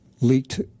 leaked